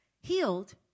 healed